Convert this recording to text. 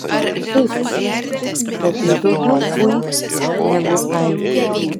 taip bet tai daugiau fui negu ai